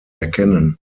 erkennen